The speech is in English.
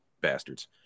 bastards